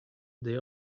they